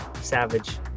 Savage